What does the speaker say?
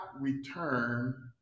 return